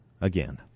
again